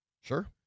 Sure